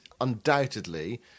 undoubtedly